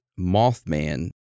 Mothman